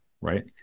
right